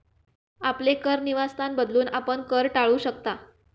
आपले कर निवासस्थान बदलून, आपण कर टाळू शकता